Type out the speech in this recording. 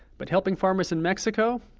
but helping farmers in mexico?